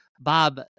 Bob